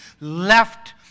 left